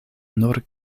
nur